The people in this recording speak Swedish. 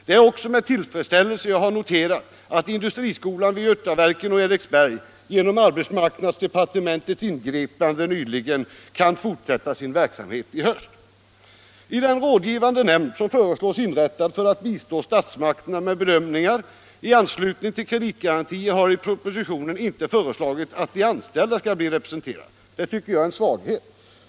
Det är också med tillfredsställelse jag har noterat att industriskolan vid Götaverken och Eriksberg genom arbetsmarknadsdepartementets ingripande nyligen kan fortsätta sin verksamhet i höst. I den rådgivande nämnd som föreslås inrättad för att bistå statsmakterna med bedömningar i anslutning till kreditgarantier har i propositionen inte föreslagits att de anställda skall bli representerade. Det tycker jag är en svaghet.